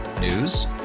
News